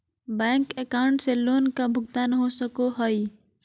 Bank account से loan का भुगतान हो सको हई?